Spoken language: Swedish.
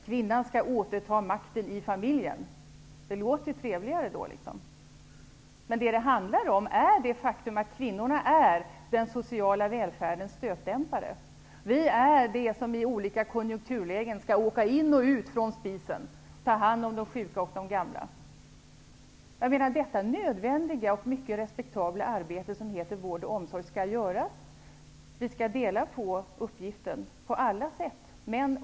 Kvinnan skall återta makten i familjen. Det låter trevligare när det uttrycks på det sättet. Men det handlar om det faktum att kvinnorna är den sociala välfärdens stötdämpare. Vi skall i olika konjunkturlägen åka in och ut från spisen och ta hand om de gamla och sjuka. Detta nödvändiga och mycket respektabla arbete -- vård och omsorg -- skall göras. Män och kvinnor skall dela på uppgiften på alla sätt.